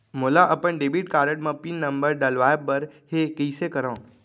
मोला अपन debit card म पिन नंबर डलवाय बर हे कइसे करव?